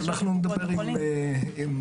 אני אדבר עם האומיקרון,